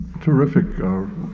terrific